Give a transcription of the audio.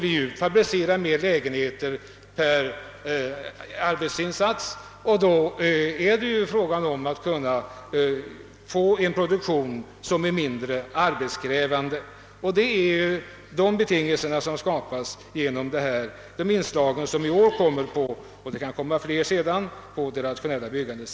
Skall man då fabricera fler lägenheter per arbetsinsats måste man åstadkomma en produktion som är mindre arbetskrävande. Dessa betingelser skapas genom de förslag som i år — det kan komma att framföras fler senare — läggs fram när det gäller det rationella byggandet.